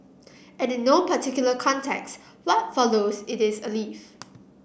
and in no particular context what follows it is a leaf